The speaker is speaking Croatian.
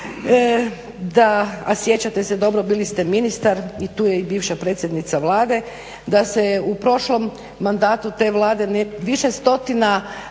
da, a sjećate se dobro bili ste ministar i tu je i bivša predsjednica Vlade, da se u prošlom mandatu te Vlade više stotina